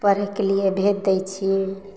पढ़यके लिए भेज दै छी